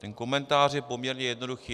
Ten komentář je poměrně jednoduchý.